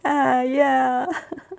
ah ya